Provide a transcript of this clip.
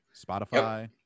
spotify